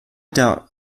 der